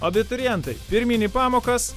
abiturientai pirmyn į pamokas